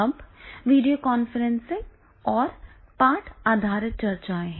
अब video conferencing और पाठ आधारित चर्चाएँ हैं